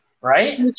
Right